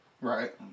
Right